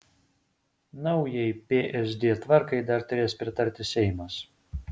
naujai psd tvarkai dar turės pritarti seimas